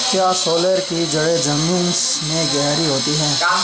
क्या सोरेल की जड़ें जमीन में गहरी होती हैं?